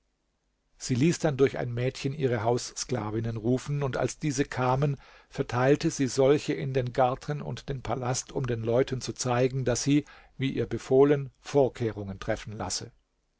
sie ließ dann durch ein mädchen ihre haussklavinnen rufen und als diese kamen verteilte sie solche in den garten und den palast um den leuten zu zeigen daß sie wie ihr befohlen vorkehrungen treffen lasse